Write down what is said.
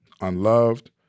unloved